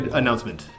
announcement